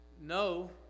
No